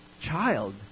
child